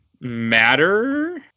matter